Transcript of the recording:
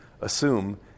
assume